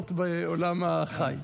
ספורט בעולם החי.